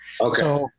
Okay